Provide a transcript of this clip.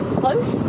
close